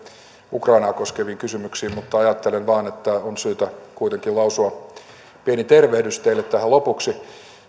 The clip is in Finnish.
ukrainaa koskeviin kysymyksiin mutta ajattelen vain että on syytä kuitenkin lausua pieni tervehdys teille tähän lopuksi